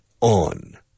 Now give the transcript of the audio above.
on